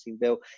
bill